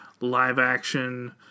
live-action